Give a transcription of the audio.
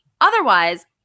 otherwise